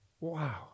Wow